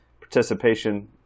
participation